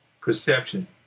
perception